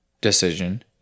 decision